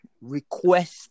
request